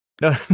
no